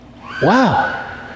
wow